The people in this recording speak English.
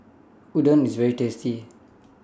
Udon IS very tasty